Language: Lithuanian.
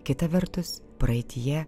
kita vertus praeityje